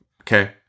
Okay